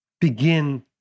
begin